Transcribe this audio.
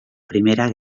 primera